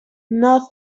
north